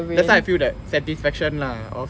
that's why I feel that satisfaction lah of